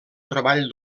treball